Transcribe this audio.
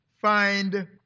find